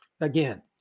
Again